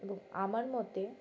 এবং আমার মতে